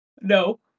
no